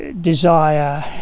desire